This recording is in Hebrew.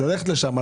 ללכת לשם,